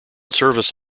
service